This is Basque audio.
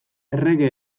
errege